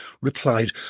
replied